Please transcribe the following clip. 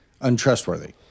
untrustworthy